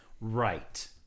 Right